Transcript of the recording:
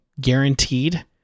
guaranteed